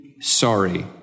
sorry